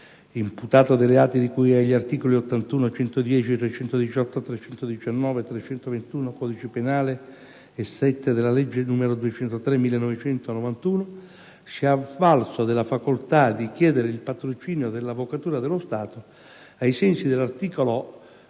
imputato dei reati di cui agli articoli 81,110, 318, 319, 321 del codice penale e 7 della legge n. 203 del 1991, si è avvalso della facoltà di chiedere il patrocinio dell'Avvocatura dello Stato, ai sensi dell'articolo 44